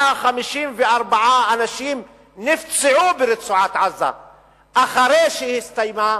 154 אנשים נפצעו ברצועת-עזה אחרי שהסתיימה